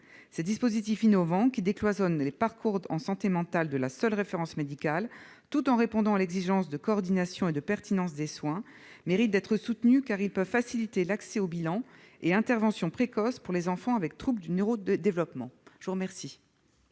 Ces dispositifs innovants, qui décloisonnent les parcours en santé mentale en ne les limitant plus à la seule référence médicale tout en répondant à l'exigence de coordination et de pertinence des soins, méritent d'être soutenus, car ils peuvent faciliter l'accès aux bilans et interventions précoces pour les enfants souffrant de troubles du neurodéveloppement. Quel